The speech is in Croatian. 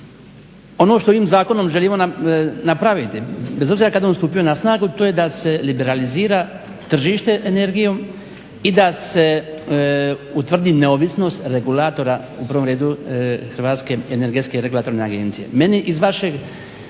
ono što ovim zakonom želimo napraviti bez obzira kada on stupio na snagu to je da se liberalizira tržište energijom i da se utvrdi neovisnost regulatora, u prvom redu Hrvatske energetske regulatorne agencije.